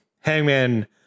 hangman